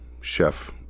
Chef